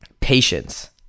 patience